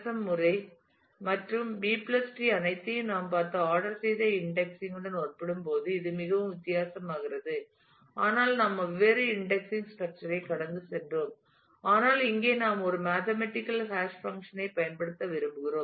M முறை மற்றும் B tree tree அனைத்தையும் நாம் பார்த்த ஆர்டர் செய்த இன்டெக்ஸிங் உடன் ஒப்பிடும்போது இது மிகவும் வித்தியாசமாகிறது ஆனால் நாம் வெவ்வேறு இன்டெக்ஸிங் ஸ்ட்ரக்சர் ஐ கடந்து சென்றோம் ஆனால் இங்கே நாம் ஒரு மேத்தமேட்டிக்கல் ஹாஷ் பங்க்ஷன் ஐ பயன்படுத்த விரும்புகிறோம்